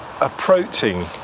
approaching